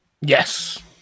Yes